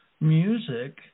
music